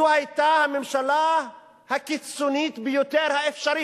זו היתה הממשלה הקיצונית ביותר האפשרית.